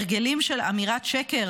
הרגלים של אמירת שקר,